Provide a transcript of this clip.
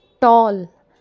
Tall